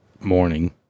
morning